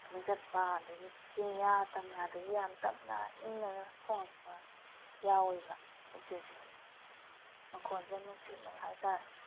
ꯋꯥꯛꯀꯤꯡ ꯆꯠꯄ ꯑꯗꯒꯤ ꯆꯤꯡꯌꯥ ꯇꯝꯌꯥꯗꯒꯤ ꯌꯥꯝ ꯇꯞꯅ ꯏꯪꯅꯒ ꯈꯣꯡꯉꯛꯄ ꯌꯥꯎꯋꯦꯕ ꯎꯆꯦꯛꯁꯦ ꯃꯈꯣꯟꯁꯦ ꯌꯥꯝ ꯅꯨꯡꯁꯤꯅꯒ ꯍꯥꯏꯇꯔꯦ